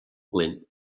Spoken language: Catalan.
lent